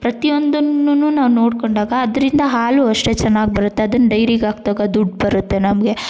ಪ್ರತಿ ಒಂದನ್ನು ನಾವು ನೋಡಿಕೊಂಡಾಗ ಅದರಿಂದ ಹಾಲು ಅಷ್ಟೇ ಚೆನ್ನಾಗ್ ಬರುತ್ತೆ ಅದನ್ನು ಡೈರಿಗೆ ಹಾಕ್ದಾಗ ದುಡ್ಡು ಬರುತ್ತೆ ನಮಗೆ